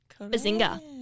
Bazinga